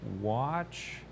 watch